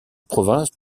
province